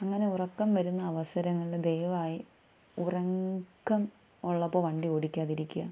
അങ്ങനെ ഉറക്കം വരുന്ന അവസരങ്ങളിൽ ദയവായി ഉറക്കം ഉള്ളപ്പോൾ വണ്ടി ഓടിക്കാതിരിക്കുക